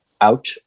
out